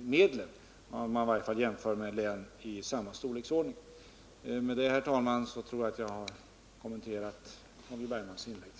medlen, i varje fall om man jämför med län i samma storleksordning. Med detta tror jag, herr talman, att jag kommenterat Holger Bergmans inlägg.